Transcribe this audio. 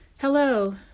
Hello